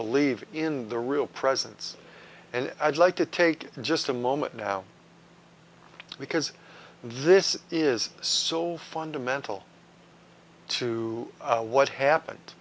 believe in the real presence and i'd like to take just a moment now because this is so fundamental to what happened